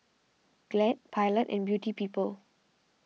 Glad Pilot and Beauty People